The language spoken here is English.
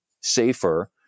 safer